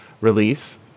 release